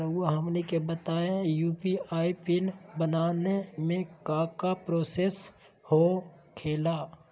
रहुआ हमनी के बताएं यू.पी.आई पिन बनाने में काका प्रोसेस हो खेला?